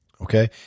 Okay